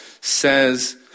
says